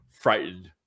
frightened